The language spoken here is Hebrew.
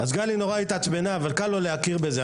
אז גלי נורא התעצבנה אבל קל לא להכיר בזה.